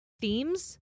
themes